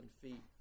feet